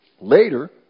Later